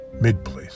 mid-place